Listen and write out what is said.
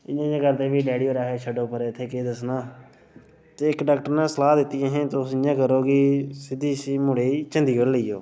इ'यां इ'यां करदे फिरी डैडी होरें आखेआ छड़ो परे इत्थै केह् दस्सना ते इक डाक्टर ने सलाह् दित्ती असें गी असें तुस इ'यां करो कि सीधे इस्सी मूड़े गी चंढीगड़ लेई जाओ